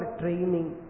training